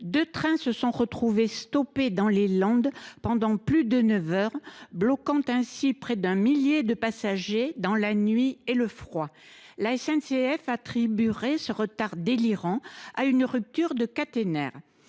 deux trains se sont retrouvés arrêtés dans les Landes pendant plus de neuf heures, bloquant ainsi près d’un millier de passagers dans la nuit et le froid. La SNCF attribue ce retard délirant à une rupture de caténaire.